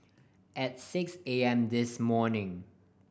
at six A M this morning